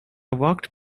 walked